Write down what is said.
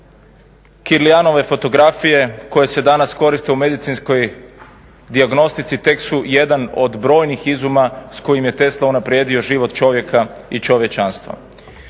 Kilianove fotografije koje se danas koriste u medicinskoj dijagnostici tek su jedan od brojnih izuma s kojim je Tesla unaprijedio život čovjeka i čovječanstva.